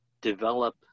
develop